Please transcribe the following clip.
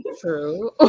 true